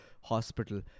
hospital